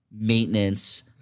maintenance